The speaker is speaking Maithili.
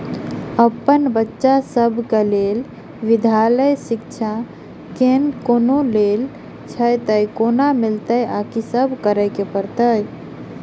अप्पन बच्चा सब केँ लैल विधालय शिक्षा केँ कोनों लोन छैय तऽ कोना मिलतय आ की सब करै पड़तय